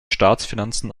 staatsfinanzen